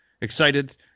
excited